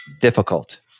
difficult